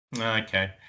okay